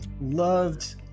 loved